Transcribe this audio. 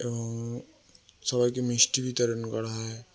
এবং সবাইকে মিষ্টি বিতরণ করা হয়